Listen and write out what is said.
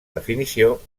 definició